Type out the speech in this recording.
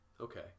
Okay